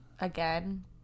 again